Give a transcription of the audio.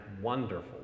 wonderful